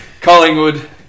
Collingwood